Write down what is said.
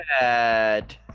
bad